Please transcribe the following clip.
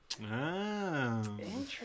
Interesting